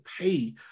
pay